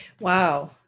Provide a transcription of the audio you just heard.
Wow